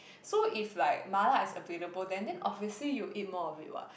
so if like mala is available then then obviously you'll eat more of it what